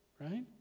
right